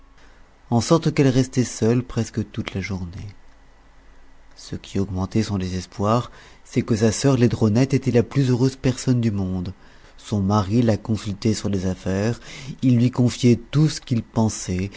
en sorte qu'elle restait seule presque toute la journée ce qui augmentait son désespoir c'est que sa sœur laidronette était la plus heureuse personne du monde son mari la consultait sur les affaires il lui confiait tout ce qu'il pensait